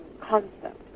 concept